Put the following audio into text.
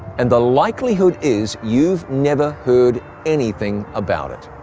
and the likelihood is you've never heard anything about it.